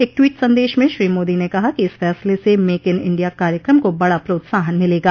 एक ट्वीट संदेश में श्री मोदी ने कहा कि इस फैसले से मेक इन इंडिया कार्यक्रम को बड़ा प्रोत्साहन मिलेगा